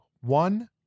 one